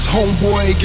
Homeboy